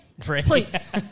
Please